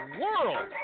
world